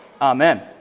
Amen